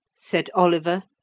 said oliver,